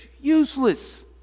useless